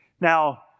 Now